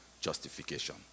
justification